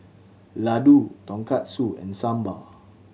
Ladoo Tonkatsu and Sambar